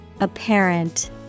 Apparent